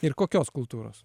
ir kokios kultūros